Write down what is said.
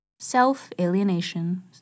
self-alienation